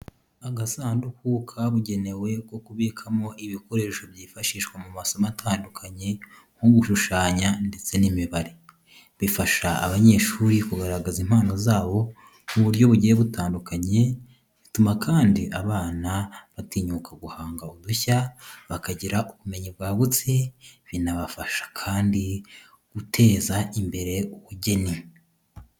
Agasanduku kabugenewe ko kubikamo ibikoresho byifashishwa mu masomo atandukanye nko gushushanya ndetse n'imibare. Bifasha abanyeshuri kugaragaza impano zabo mu buryo bugiye butandukanye, bituma kandi abana batinyuka guhanga udushya, bakagira ubumenyi bwagutse, binabafasha kandi guteza imbere ubugeni.